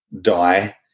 die